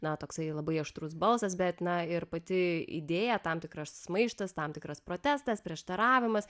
na toksai labai aštrus balsas bet na ir pati idėja tam tikras maištas tam tikras protestas prieštaravimas